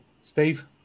Steve